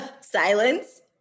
Silence